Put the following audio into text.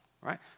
right